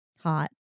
Hot